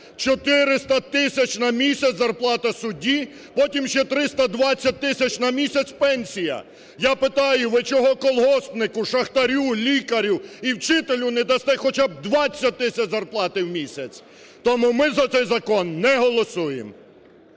400 тисяч на місяць зарплата судді, потім ще 320 тисяч на місяць пенсія. Я питаю: ви чого колгоспнику, шахтарю, лікарю і вчителю не дасте хоча б 20 тисяч зарплати в місяць. Тому ми за цей закон не голосуємо.